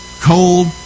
cold